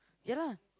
ya lah